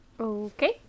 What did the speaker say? Okay